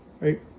right